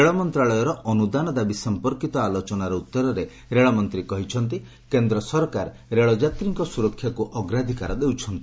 ରେଳ ମନ୍ତ୍ରଣାଳୟର ଅନୁଦାନ ଦାବି ସଂପର୍କିତ ଆଲୋଚନାର ଉତ୍ତରରେ ରେଳମନ୍ତ୍ରୀ କହିଛନ୍ତି କେନ୍ଦ୍ର ସରକାର ରେଳଯାତ୍ରୀଙ୍କ ସୁରକ୍ଷାକୁ ଅଗ୍ରାଧିକାର ଦେଉଛନ୍ତି